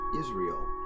Israel